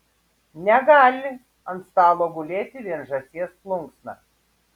negali ant stalo gulėti vien žąsies plunksna